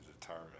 determine